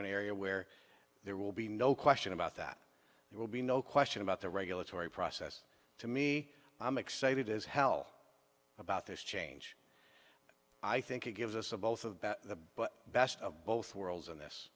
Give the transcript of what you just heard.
an area where there will be no question about that there will be no question about the regulatory process to me i'm excited as hell about this change i think it gives us the both of the but best of both worlds in this